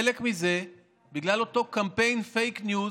חלק מזה בגלל אותו קמפיין פייק ניוז